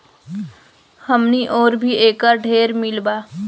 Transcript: हमनी ओर भी एकर ढेरे मील बा